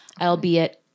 albeit